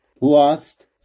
lost